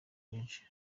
benshi